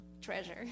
treasure